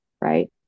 right